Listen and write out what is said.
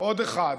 עוד אחד,